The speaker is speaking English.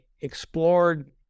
explored